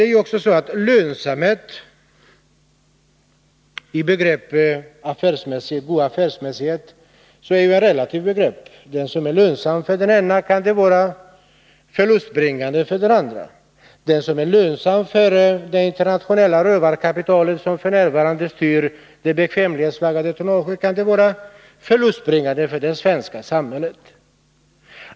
Nu är också lönsamhet i begreppet affärsmässighet ett relativt begrepp. Det som är lönsamt för den ena kan vara förlustbringande för den andra. Det som är lönsamt för det internationella rövarkapital som f.n. styr det bekvämlighetsflaggade tonnaget kan vara förlustbringande för det svenska samhället.